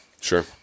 Sure